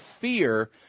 fear